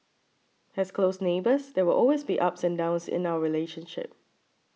as close neighbours there will always be ups and downs in our relationship